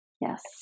Yes